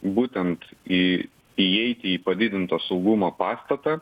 būtent į įeiti į padidinto saugumo pastatą